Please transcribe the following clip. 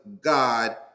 God